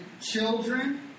children